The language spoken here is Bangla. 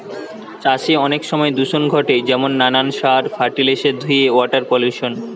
চাষে অনেক সময় দূষণ ঘটে যেমন নানান সার, ফার্টিলিসের ধুয়ে ওয়াটার পলিউশন